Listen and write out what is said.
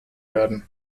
werden